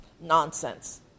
Nonsense